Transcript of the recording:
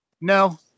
No